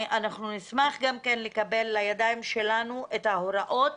אנחנו נשמח גם לקבל לידיים שלנו את ההוראות